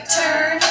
turn